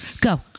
go